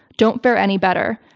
don't fare any better.